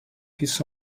his